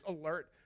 alert